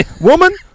Woman